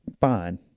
fine